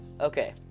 Okay